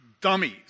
dummies